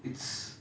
it's